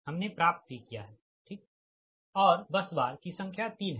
हमने प्राप्त भी किया है ठीक और बस बार की संख्या 3 है